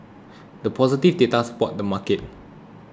the positive data supported the market